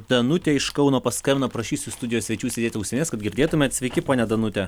danutė iš kauno paskambino prašysiu studijos svečių užsidėti ausines kad girdėtumėt sveiki ponia danute